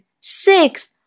six